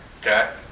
Okay